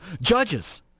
Judges